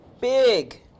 big